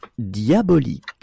Diabolique